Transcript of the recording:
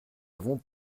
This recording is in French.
avons